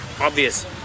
obvious